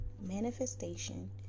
manifestation